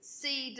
see